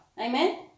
Amen